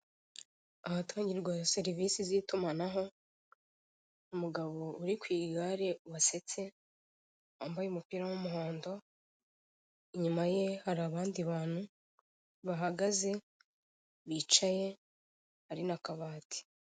Ahatangirwa serivisi z'itumanaho, umugabo uri ku igare wasetse, wambaye umupira w'umuhondo, inyuma ye hari abandi bantu bahagaze, bicaye, hari n'akabati.